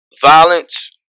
violence